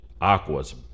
Aquas